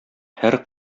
һәр